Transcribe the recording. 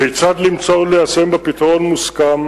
כיצד למצוא וליישם בה פתרון מוסכם